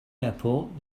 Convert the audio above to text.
airport